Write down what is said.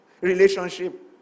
relationship